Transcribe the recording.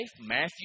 Matthew